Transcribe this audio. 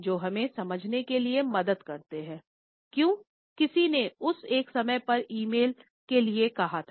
वो हमें समझने के लिए मदद करते हैं क्यों किसी ने उस एक समय पर ई मेल के लिए कहा था